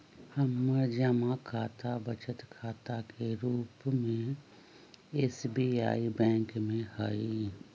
हमर जमा खता बचत खता के रूप में एस.बी.आई बैंक में हइ